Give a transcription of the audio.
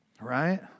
Right